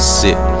sit